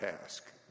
task